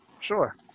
Sure